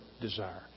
desire